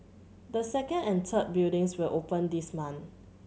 the second and third buildings will open this month